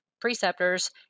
preceptors